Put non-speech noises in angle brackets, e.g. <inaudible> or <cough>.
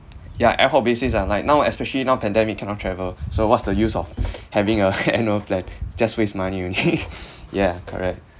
ya ad hoc basis ah like now especially now pandemic cannot travel so what's the use of having a <laughs> annual plan just waste money only <laughs> ya correct